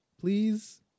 please